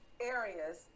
areas